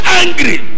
angry